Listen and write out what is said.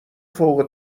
فوق